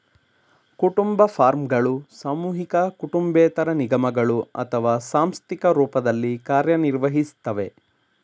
ಕುಟುಂಬ ಫಾರ್ಮ್ಗಳು ಸಾಮೂಹಿಕ ಕುಟುಂಬೇತರ ನಿಗಮಗಳು ಅಥವಾ ಸಾಂಸ್ಥಿಕ ರೂಪದಲ್ಲಿ ಕಾರ್ಯನಿರ್ವಹಿಸ್ತವೆ